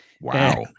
Wow